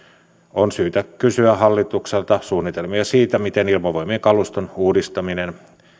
on syytä kysyä hallitukselta suunnitelmia siitä miten ilmavoimien kaluston uudistaminen